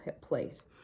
place